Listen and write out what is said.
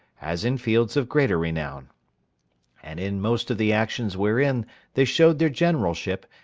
as in fields of greater renown and in most of the actions wherein they showed their generalship,